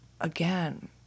again